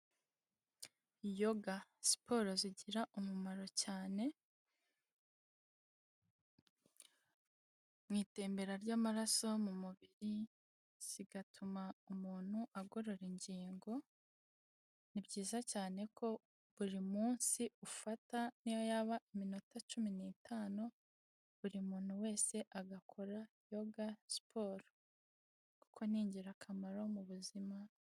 Yoga siporo zigira umumaro cyane, mu itembera ry'amaraso mu mubiri zigatuma umuntu agorora ingingo, ni byiza cyane ko buri munsi ufata niyo yaba imota cumi n'iitanu buri muntu wese agakora yoga siporo kuko ni ingirakamaro mu buzima.